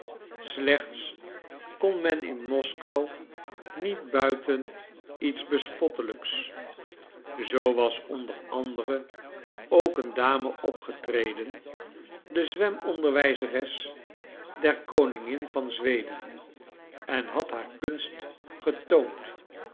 slechts kon men in moskou niet buiten iets bespottelijks zoo was onder andere ook een dame opgetreden de zwemonderwijzeres der koningin van zweden en had haar kunst getoond